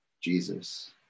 Jesus